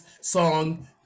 song